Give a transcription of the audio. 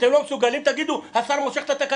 אם אתם לא מסוגלים, תגידו: השר מושך את התקנות.